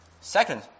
Second